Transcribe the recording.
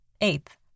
Eighth